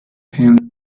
him